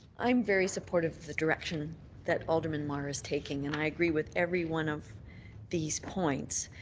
i'm very supportive of the direction that alderman mar is taking, and i agree with every one of these points.